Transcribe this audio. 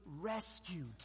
rescued